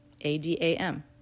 A-D-A-M